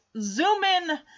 zoom-in